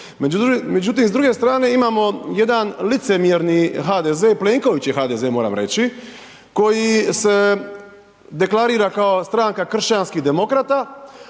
Međutim, s druge strane imamo jedan licemjerni HDZ, Plenkovićev HDZ moram reći koji se deklarira kao stranka kršćanskih demokrata,